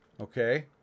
okay